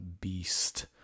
beast